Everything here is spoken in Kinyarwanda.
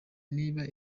niba